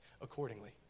accordingly